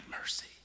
mercy